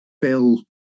Bill